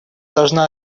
должна